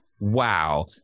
wow